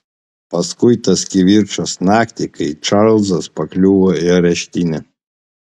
paskui tas kivirčas naktį kai čarlzas pakliuvo į areštinę